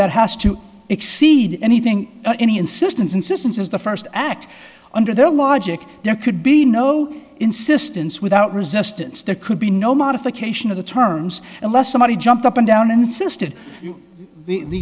that has to exceed anything any insistence insistence is the first act under their logic there could be no insistence without resistance there could be no modification of the terms unless somebody jumped up and down insisted the